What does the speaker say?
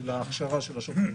של ההכשרה של השוטרים,